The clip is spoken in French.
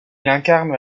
incarne